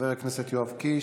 חבר הכנסת יואב קיש.